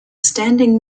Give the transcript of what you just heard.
standing